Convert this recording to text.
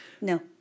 No